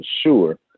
sure